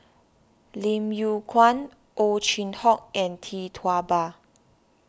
Lim Yew Kuan Ow Chin Hock and Tee Tua Ba